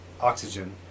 oxygen